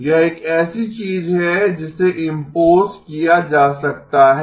यह एक ऐसी चीज है जिसे इम्पोस किया जा सकता है